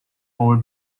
wohl